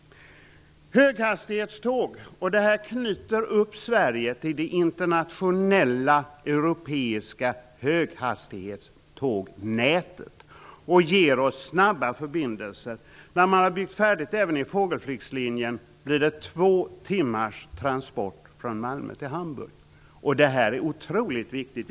Detta kommer att knyta upp Sverige till det internationella europeiska höghastighetstågnätet och ger oss snabba förbindelser. När man har byggt färdigt även i fågelflygslinjen blir det två timmars transport från Malmö till Hamburg. Det är otroligt viktigt.